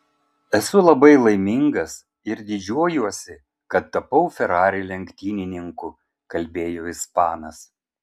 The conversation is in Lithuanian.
esu labai laimingas ir didžiuojuosi kad tapau ferrari lenktynininku kalbėjo ispanas